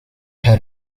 head